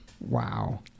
Wow